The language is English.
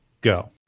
go